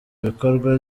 bikorwa